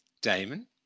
Damon